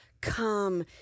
come